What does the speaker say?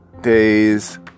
days